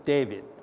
David